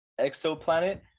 exoplanet